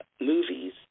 movies